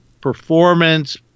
performance